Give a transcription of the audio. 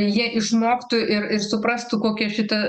jie išmoktų ir ir suprastų kokia šita